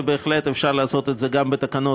ובהחלט אפשר לעשות את זה גם בתקנות,